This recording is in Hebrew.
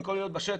במקום להיות בשטח,